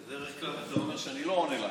בדרך כלל זה אומר שאני לא עונה לעניין.